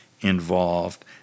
involved